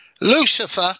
Lucifer